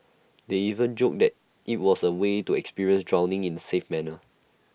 they even joked that IT was A way to experience drowning in A safe manner